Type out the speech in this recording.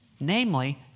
namely